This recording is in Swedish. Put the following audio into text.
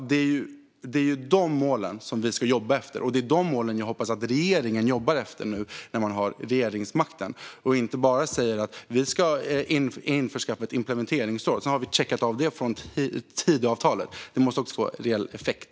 Det är dessa mål som vi ska jobba efter, och det är dessa mål som jag hoppas att regeringen jobbar efter nu när man har regeringsmakten så att man inte bara säger att man ska införa ett implementeringsråd och sedan säger att man har checkat av det från Tidöavtalet. Det måste också få reell effekt.